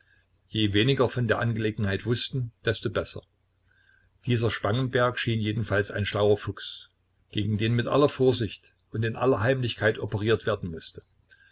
je weniger von der angelegenheit wußten desto besser dieser spangenberg schien jedenfalls ein schlauer fuchs gegen den mit aller vorsicht und in aller heimlichkeit operiert werden mußte